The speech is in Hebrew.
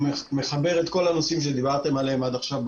הוא מחבר את כל הנושאים שדיברתם עליהם עד עכשיו.